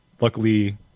luckily